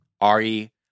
ari